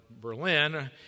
Berlin